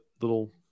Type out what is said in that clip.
little